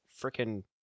freaking